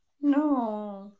No